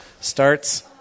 starts